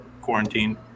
quarantine